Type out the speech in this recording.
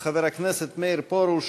חבר הכנסת מאיר פרוש